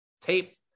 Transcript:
tape